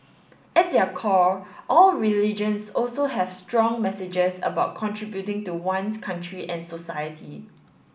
at their core all religions also have strong messages about contributing to one's country and society